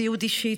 ציוד אישי,